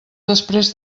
després